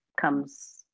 comes